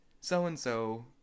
so-and-so